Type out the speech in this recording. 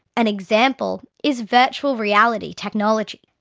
an example is virtual reality technology.